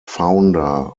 founder